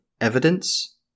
evidence